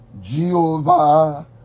Jehovah